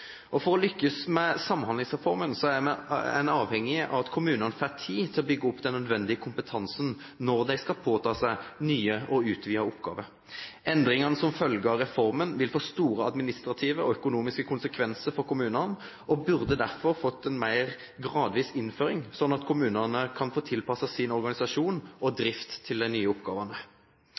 langt. For å lykkes med Samhandlingsreformen er man avhengig av at kommunene får tid til å bygge opp den nødvendige kompetansen når de skal påta seg nye og utvidede oppgaver. Endringene som følger av reformen, vil få store administrative og økonomiske konsekvenser for kommunene og burde derfor fått en mer gradvis innføring, slik at kommunene fikk tilpasset sin organisasjon og drift til de nye oppgavene.